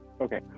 Okay